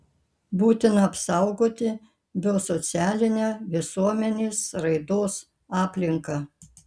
būtina apsaugoti biosocialinę visuomenės raidos aplinką